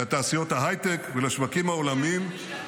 לתעשיות ההייטק ולשווקים העולמיים -- למשתמטים.